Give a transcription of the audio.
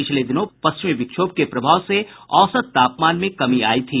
पिछले दिनों पश्चिमी विक्षोभ के प्रभाव से औसत तापमान में कमी आयी थी